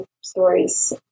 stories